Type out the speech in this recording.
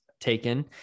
taken